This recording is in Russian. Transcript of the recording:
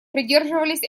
придерживались